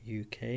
UK